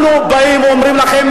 אנחנו באים ואומרים לכם,